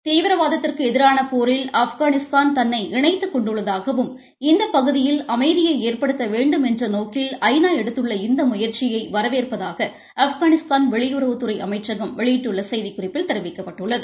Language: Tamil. தீவிரவாதத்திற்கு எதிராக போரில் ஆப்கானிஸ்தான் தன்னை இணைத்துக் கொண்டுள்ளதாகவும் இந்த பகுதியை அமைதியை ஏற்படுத்த வேண்டும் என்ற நோக்கில் ஐ நா எடுத்துள்ள இந்த முயற்சியை வரவேற்பதாக ஆப்கானிஸ்தான் வெளியுறவுத்துறை அமைச்சகம் வெளியிட்டுள்ள செய்திக்குறிப்பில் தெரிவிக்கப்பட்டுள்ளது